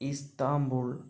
Istanbul